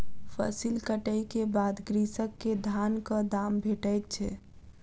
फसिल कटै के बाद कृषक के धानक दाम भेटैत छै